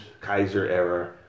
Kaiser-era